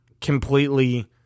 completely